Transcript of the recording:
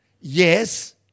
Yes